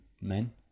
men